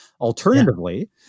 Alternatively